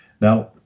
Now